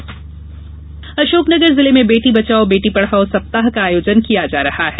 बेटी पढाओ सप्ताह अशोकनगर जिले में बेटी बचाओ बेटी पढ़ाओ सप्ताह का आयोजन किया जा रहा है